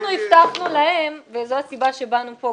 אנחנו הבטחנו להם אתה לא חייב לקיים וזו הסיבה שבאנו לכאן,